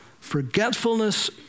Forgetfulness